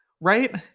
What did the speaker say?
right